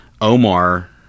omar